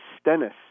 Stennis